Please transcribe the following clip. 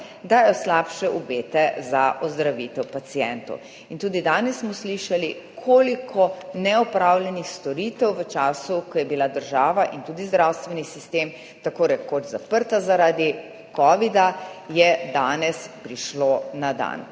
dajejo slabše obete za ozdravitev pacientov. Tudi danes smo slišali, koliko neopravljenih storitev v času, ko je bila država in tudi zdravstveni sistem tako rekoč zaprt zaradi covida, je danes prišlo na dan,